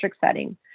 setting